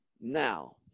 Now